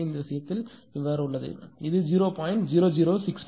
எனவே இந்த விஷயத்தில் இது 0